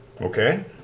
Okay